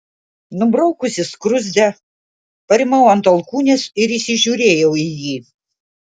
nubraukusi skruzdę parimau ant alkūnės ir įsižiūrėjau į jį